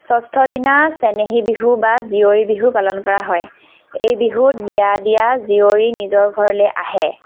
ষষ্ঠ দিনা চেনেহী বিহু বা জীয়ৰী বিহু পালন কৰা হয় এই বিহুত বিয়া দিয়া জীয়ৰী নিজৰ ঘৰলৈ আহে